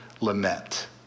lament